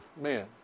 man